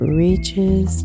reaches